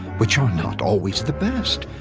which are not always the best,